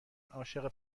عاشق